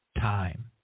time